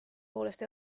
poolest